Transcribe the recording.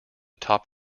top